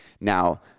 Now